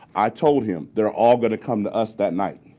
i told him, they're all going to come to us that night.